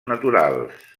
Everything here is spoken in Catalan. naturals